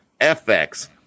FX